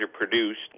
produced